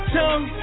tongue